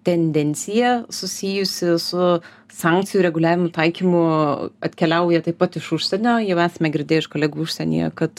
tendencija susijusi su sankcijų reguliavimu taikymu atkeliauja taip pat iš užsienio jau esame girdėję iš kolegų užsienyje kad